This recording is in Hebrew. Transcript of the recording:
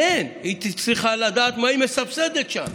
כן, היא צריכה לדעת מה היא מסבסדת שם,